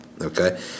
okay